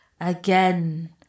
again